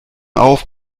auf